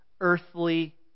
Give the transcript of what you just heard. earthly